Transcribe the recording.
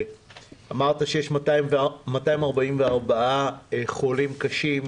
אמרת שיש 244 חולים קשים,